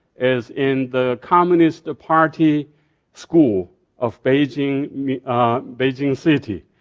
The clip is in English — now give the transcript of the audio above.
is in the communist party school of beijing i mean ah beijing city.